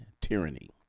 tyranny